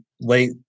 late